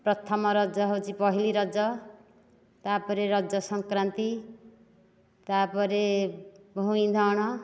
ପ୍ରଥମ ରଜ ହେଉଛି ପହିଲି ରଜ ତା ପରେ ରଜ ସଂକ୍ରାନ୍ତି ତା ପରେ ଭୂଇଁ ନଅଁଣ